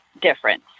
difference